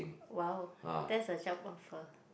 !wow! that's a job offer